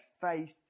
faith